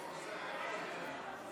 מתנגדים.